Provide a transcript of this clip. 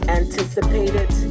anticipated